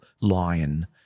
lion